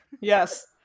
Yes